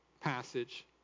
passage